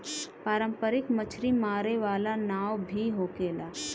पारंपरिक मछरी मारे वाला नाव भी होखेला